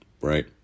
right